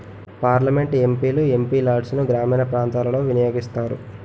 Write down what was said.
parliament MP లు MP లాడ్సును గ్రామీణ ప్రాంతాలలో వినియోగిస్తారు